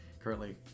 currently